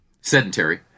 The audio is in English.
Sedentary